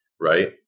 right